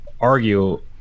argue